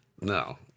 No